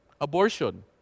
Abortion